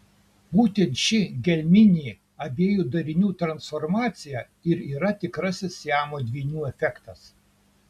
būtent ši gelminė abiejų darinių transformacija ir yra tikrasis siamo dvynių efektas